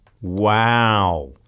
wow